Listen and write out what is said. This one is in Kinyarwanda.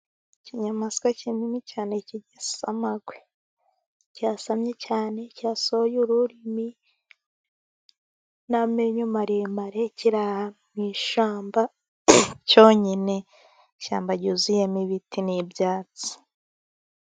Ikinyamaswa kinini cyane cy'igisamagwe cyasamye cyane, cya sohoye ururimi n'amenyo maremare, kirara mu ishamba cyonyinye, ishyamba ryuzuyemo ibiti n'ibyatsi.